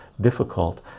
difficult